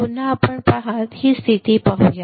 पुन्हा पहा आपण ही स्थिती पाहूया